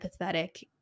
empathetic